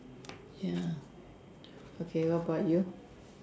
ya okay what about you